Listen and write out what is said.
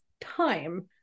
time